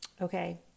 Okay